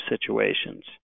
situations